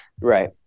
Right